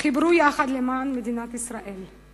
חברו יחד למען מדינת ישראל.